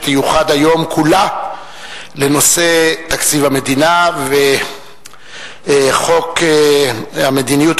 שתיוחד היום כולה לנושא תקציב המדינה וחוק המדיניות